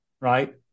right